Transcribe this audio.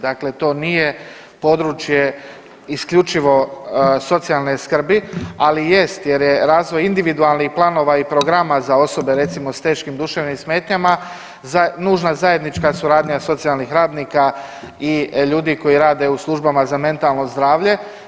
Dakle, to nije područje isključivo socijalne skrbi, ali jest jer je razvoj individualnih planova i programa za osobe recimo s teškim duševnim smetnjama nužna zajednička suradnja socijalnih radnika i ljudi koji rade u službama za mentalno zdravlje.